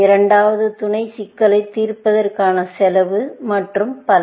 இரண்டாவது துணை சிக்கல்களைத் தீர்ப்பதற்கான செலவு மற்றும் பல